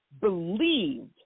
believed